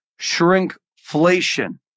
shrinkflation